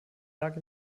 lag